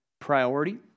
priority